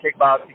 kickboxing